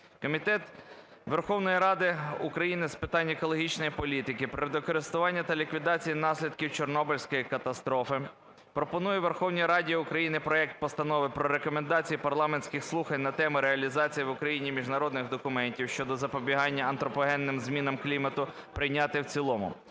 Комітет Верховної Ради України з питань екологічної політики, природокористування та ліквідації наслідків Чорнобильської катастрофи пропонує Верховній Раді України проект Постанови про Рекомендації парламентських слухань на тему: "Реалізація в Україні міжнародних документів щодо запобігання антропогенним змінам клімату" прийняти в цілому.